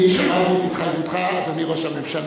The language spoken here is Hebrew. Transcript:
אני שמעתי את התחייבותך, אדוני ראש הממשלה,